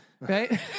Right